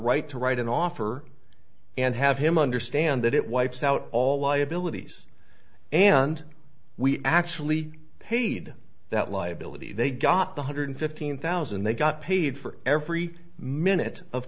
right to write an offer and have him understand that it wipes out all liabilities and we actually paid that liability they got the hundred fifteen thousand and they got paid for every minute of